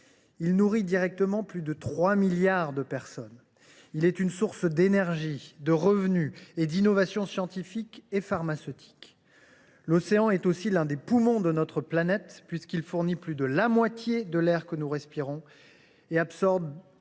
il nourrit directement plus de trois milliards de personnes ; il constitue une source d’énergie, de revenus et d’innovations scientifiques et pharmaceutiques ; il est aussi l’un des poumons de notre planète : il fournit plus de la moitié de l’air que nous respirons et absorbe